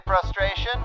frustration